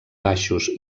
baixos